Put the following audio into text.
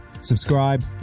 subscribe